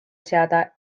seada